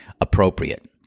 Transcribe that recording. appropriate